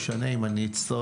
אשנה אותו אם צריך,